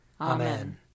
Amen